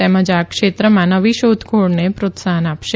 તેમજ આ ક્ષેત્રમાં નવી શોધખોળને પ્રોત્સાહન આપશે